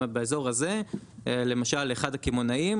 זאת אומרת באזור הזה למשל לאחד הקמעונאים